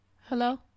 hello